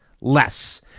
less